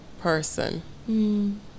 person